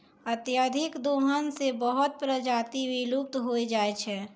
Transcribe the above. अत्यधिक दोहन सें बहुत प्रजाति विलुप्त होय जाय छै